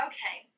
Okay